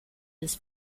his